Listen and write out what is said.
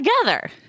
together